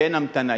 שאין המתנה.